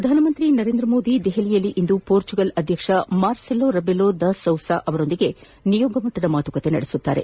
ಪ್ರಧಾನಮಂತ್ರಿ ನರೇಂದ್ರ ಮೋದಿ ದೆಹಲಿಯಲ್ಲಿಂದು ಪೋರ್ಚುಗಲ್ ಅಧ್ಯಕ್ಷ ಮಾರ್ಸೆಲೋ ರೆಬೆಲೋ ಡ ಸೌಸ ಅವರೊಂದಿಗೆ ನಿಯೋಗಮಟ್ಟದ ಮಾತುಕತೆ ನಡೆಸಲಿದ್ದಾರೆ